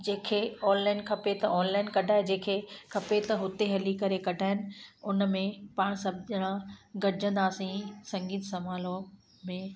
जंहिंखे ऑनलाइन खपे त ऑनलाइन कढाए जंहिंखे खपे त हुते हली करे कढायन उनमें पाण सभु ॼणा गॾजंदासीं संगीत समारोह में